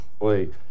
wait